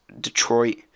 Detroit